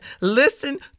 Listen